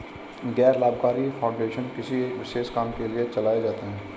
गैर लाभकारी फाउंडेशन किसी एक विशेष काम के लिए चलाए जाते हैं